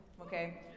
okay